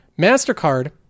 MasterCard